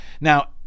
now